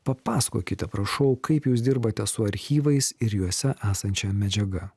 papasakokite prašau kaip jūs dirbate su archyvais ir juose esančia medžiaga